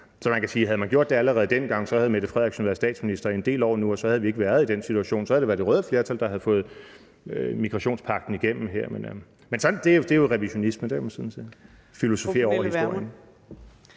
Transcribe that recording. Så man kan sige, at havde man gjort det allerede dengang, havde fru Mette Frederiksen jo været statsminister en del år nu, og så havde vi ikke været i den situation; så havde det været det røde flertal, der havde fået migrationspagten igennem her. Men det er jo revisionisme sådan at sidde og filosofere over historien.